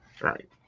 Right